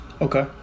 okay